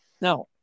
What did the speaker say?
Now